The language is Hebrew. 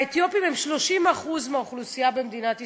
והאתיופים הם 30% מהאוכלוסייה במדינת ישראל.